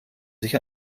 sich